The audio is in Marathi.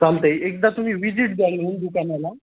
चालतं आहे एकदा तुम्ही विजिट द्याल येऊन दुकानाला